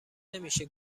نمیشه